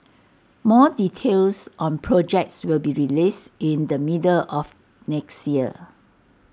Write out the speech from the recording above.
more details on projects will be released in the middle of next year